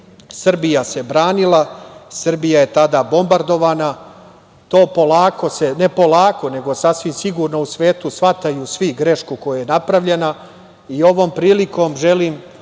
Srbija se branila, Srbija je tada bombardovana. To polako, ne polako, nego sasvim sigurno u svetu shvataju svi grešku koja je napravljena. Ovom prilikom želim